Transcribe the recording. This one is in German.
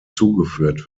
zugeführt